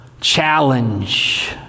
challenge